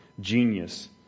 genius